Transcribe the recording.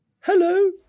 Hello